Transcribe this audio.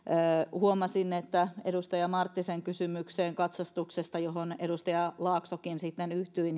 huomasin että muun muassa edustaja marttisen kysymykseen katsastuksesta johon edustaja laaksokin sitten yhtyi